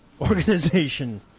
organization